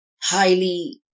highly